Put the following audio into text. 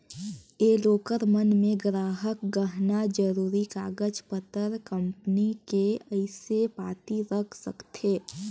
ये लॉकर मन मे गराहक गहना, जरूरी कागज पतर, कंपनी के असे पाती रख सकथें